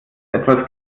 etwas